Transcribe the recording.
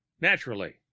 Naturally